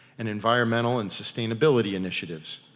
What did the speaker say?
and environmental and sustainability initiatives.